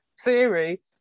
theory